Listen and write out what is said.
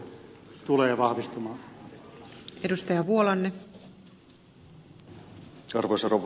arvoisa rouva puhemies